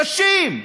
קשים,